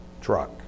truck